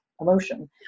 emotion